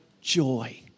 joy